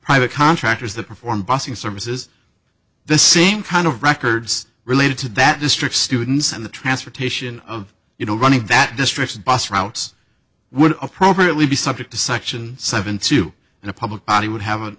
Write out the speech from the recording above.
private contractors that perform bussing services the same kind of records related to that district students and the transportation of you know running that district bus routes would appropriately be subject to section seven two and a public body would have an